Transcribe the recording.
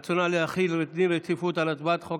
על רצונה להחיל דין רציפות על הצעת חוק